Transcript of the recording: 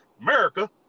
America